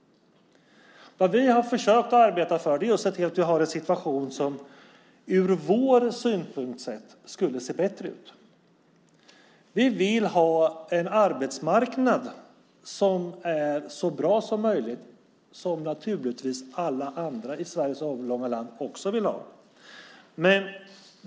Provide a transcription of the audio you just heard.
Vi har försökt arbeta för att se till att situationen ser bättre ut ur vår synvinkel. Vi vill ha en arbetsmarknad som är så bra som möjligt - det vill naturligtvis alla andra i Sveriges avlånga land också ha.